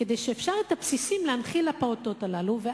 כדי שיהיה אפשר להנחיל לפעוטות הללו את הבסיסים,